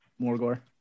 Morgor